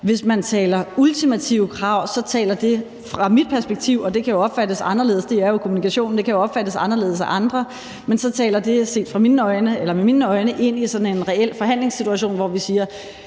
Hvis man taler ultimative krav, så taler det fra mit perspektiv – og det kan jo opfattes anderledes; det er jo kommunikation, så det kan opfattes anderledes af andre – ind i sådan en reel forhandlingssituation, hvor vi siger,